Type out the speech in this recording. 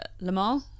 Lamar